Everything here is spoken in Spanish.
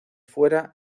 fuera